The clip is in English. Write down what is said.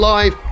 Live